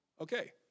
Okay